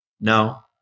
no